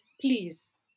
please